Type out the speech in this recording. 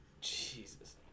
Jesus